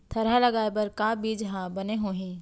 थरहा लगाए बर का बीज हा बने होही?